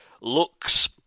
looks